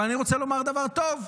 אבל אני רוצה לומר דבר טוב,